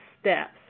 steps